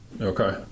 Okay